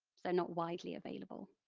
they're not widely available.